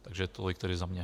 Takže tolik tedy za mě.